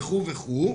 וכו' וכו'.